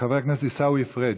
חבר הכנסת עיסאווי פריג',